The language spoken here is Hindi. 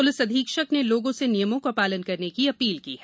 पुलिस अधीक्षक ने लोगों से नियमों का पालन करने की अपील की है